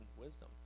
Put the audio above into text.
wisdom